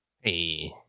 hey